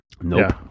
Nope